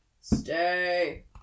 Stay